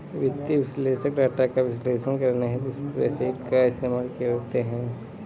वित्तीय विश्लेषक डाटा का विश्लेषण करने हेतु स्प्रेडशीट का इस्तेमाल करते हैं